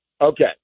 Okay